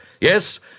Yes